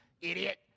idiot